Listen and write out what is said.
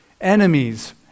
enemies